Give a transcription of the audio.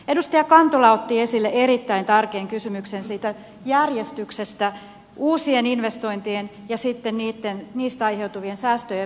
edustaja kantola otti esille erittäin tärkeän kysymyksen siitä järjestyksestä uusien investoin tien ja sitten niistä aiheutuvien säästöjen välillä